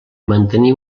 mantenir